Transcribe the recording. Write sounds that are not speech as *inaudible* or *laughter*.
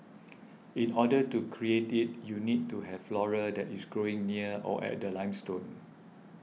*noise* in order to create it you need to have flora that is growing near or at the limestone